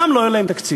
ושם לא יהיה להם תקציב.